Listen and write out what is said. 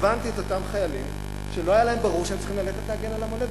הבנתי את אותם חיילים שלא היה להם ברור שהם צריכים ללכת להגן על המולדת.